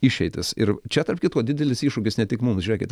išeitis ir čia tarp kitko didelis iššūkis ne tik mums žiūrėkit